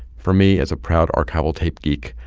for me, as a proud archival tape geek,